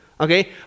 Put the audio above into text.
Okay